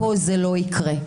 פה זה לא יקרה.